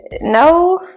no